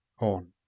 on